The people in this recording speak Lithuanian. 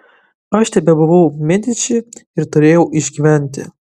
aš tebebuvau mediči ir turėjau išgyventi